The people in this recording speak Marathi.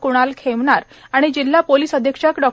कुणाल खेमनार आणि जिल्हा पोलीस अधीक्षक डॉ